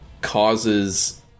causes